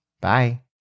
Bye